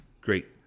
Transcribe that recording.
Great